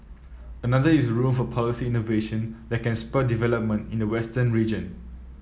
another is room for policy innovation that can spur development in the western region